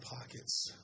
pockets